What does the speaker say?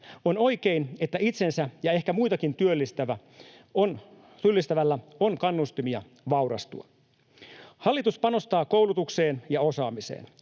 On oikein, että itsensä ja ehkä muitakin työllistävällä on kannustimia vaurastua. Hallitus panostaa koulutukseen ja osaamiseen.